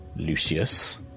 Lucius